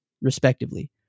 respectively